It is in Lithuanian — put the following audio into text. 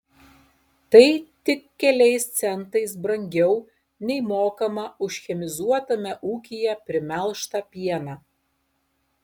tai tik keliais centais brangiau nei mokama už chemizuotame ūkyje primelžtą pieną